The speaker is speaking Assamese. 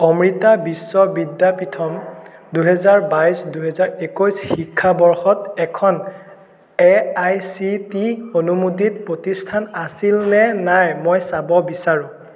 অমৃতা বিশ্ব বিদ্যাপীথম দুহেজাৰ বাইছ দুহেজাৰ একৈছ শিক্ষাবৰ্ষত এখন এ আই চি টি অনুমোদিত প্ৰতিষ্ঠান আছিলনে নাই মই চাব বিচাৰোঁ